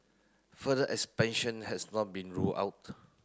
further expansion has not been ruled out